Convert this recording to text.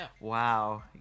Wow